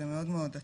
זה מאוד עצוב.